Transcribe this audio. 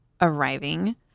arriving